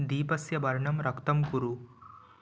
दीपस्य वर्णं रक्तं कुरु